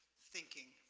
thinking,